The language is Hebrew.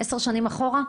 עשר שנים אחורה?